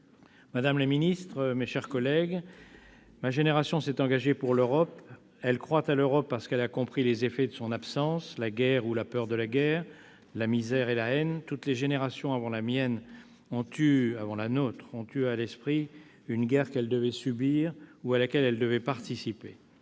Madame la ministre, mes chers collègues, ma génération s'est engagée pour l'Europe. Ma génération croit à l'Europe, parce qu'elle a compris les effets de son absence : la guerre ou la peur de la guerre, la misère et la haine. Toutes les générations avant la mienne, avant la nôtre, ont eu à l'esprit une guerre qu'elles devaient subir ou à laquelle elles devaient participer.